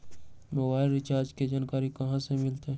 Mobile recharge के जानकारी कहा से मिलतै?